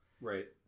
Right